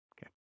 Okay